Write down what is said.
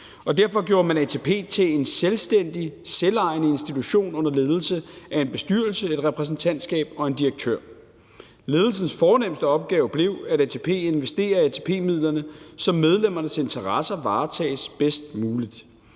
Derfor gjorde man ATP til en selvstændig, selvejende institution under ledelse af en bestyrelse, et repræsentantskab og en direktør. Ledelsens fornemste opgave blev, at ATP investerer ATP-midlerne, så medlemmernes interesser varetages bedst muligt.